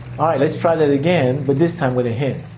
let's try that again but this time with a hint.